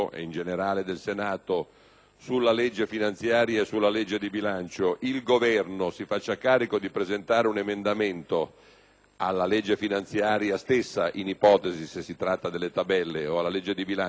sulla legge finanziaria e sulla legge di bilancio il Governo si faccia carico di presentare un emendamento alla legge finanziaria stessa (qualora si tratti di tabelle) o alla legge di bilancio, per fare in modo che